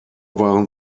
waren